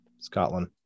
Scotland